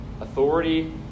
authority